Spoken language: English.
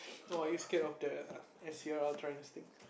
no are you scared of the